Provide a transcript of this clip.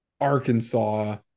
Arkansas